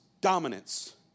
dominance